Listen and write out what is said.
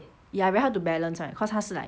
ya very hard to balance right cause 他是 like